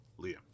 Liam